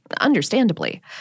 understandably